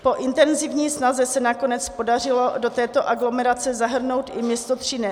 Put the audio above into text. Po intenzivní snaze se nakonec podařilo do této aglomerace zahrnout i město Třinec.